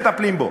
מטפלים בו.